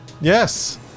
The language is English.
Yes